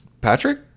Patrick